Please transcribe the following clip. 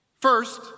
First